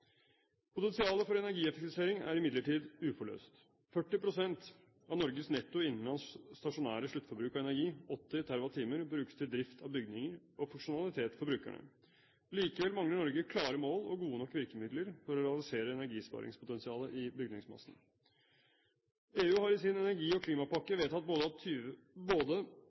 Potensialet for energieffektivisering er imidlertid uforløst. 40 pst. av Norges netto innenlands stasjonære sluttforbruk av energi, 80 TWh, brukes til drift av bygninger og funksjonalitet for brukerne. Likevel mangler Norge klare mål og gode nok virkemidler for å realisere energisparingspotensialet i bygningsmassen. EU har i sin energi- og klimapakke vedtatt både at 20 pst. av